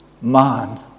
man